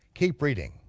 keep reading.